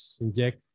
inject